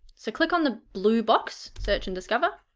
so click on the blue box search and discover